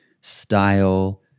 style